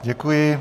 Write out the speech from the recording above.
Děkuji.